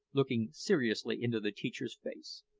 looking seriously into the teacher's face,